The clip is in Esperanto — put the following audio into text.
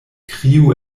kriu